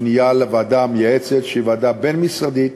בפנייה לוועדה המייעצת, שהיא ועדה בין-משרדית